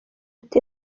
ati